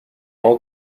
all